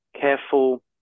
careful